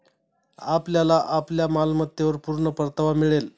आपल्याला आपल्या मालमत्तेवर पूर्ण परतावा मिळेल